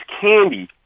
candy